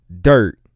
Dirt